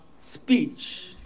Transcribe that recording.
speech